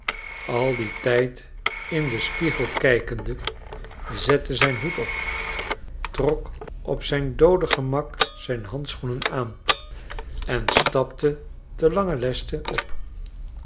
al dien tijd in den spiegel kijkende zette zijn hoed op trok op zijn doode gemak zijn handschoenen aan en stapte ten langen leste op